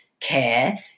care